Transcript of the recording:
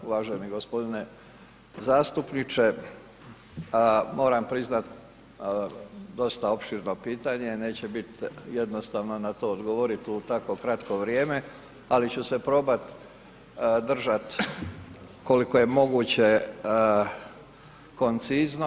Uvaženi gospodine zastupniče moram priznat, dosta opširno pitanje, neće biti jednostavno na to odgovor u tako kratko vrijeme, ali ću se probat držat koliko je moguće koncizno.